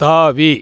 தாவி